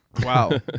wow